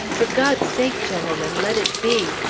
for god's sake, gentlemen, let it be!